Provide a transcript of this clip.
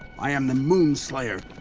i am the moon slayer.